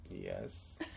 Yes